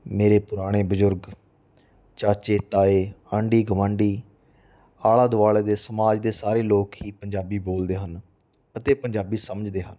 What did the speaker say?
ਮੇਰੇ ਪੁਰਾਣੇ ਬਜ਼ੁਰਗ ਚਾਚੇ ਤਾਏ ਆਂਢੀ ਗੁਆਂਢੀ ਆਲੇ ਦੁਆਲੇ ਦੇ ਸਮਾਜ ਦੇ ਸਾਰੇ ਲੋਕ ਹੀ ਪੰਜਾਬੀ ਬੋਲਦੇ ਹਨ ਅਤੇ ਪੰਜਾਬੀ ਸਮਝਦੇ ਹਨ